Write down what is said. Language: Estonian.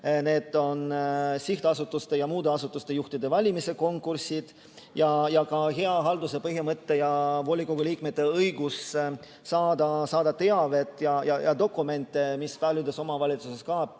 sihtasutuste ja muude asutuste juhtide valimise konkursse ja ka hea halduse põhimõtet, samuti volikogu liikmete õigust saada teavet ja dokumente, mis on paljudes omavalitsustes